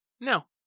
No